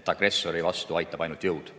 et agressori vastu aitab ainult jõud,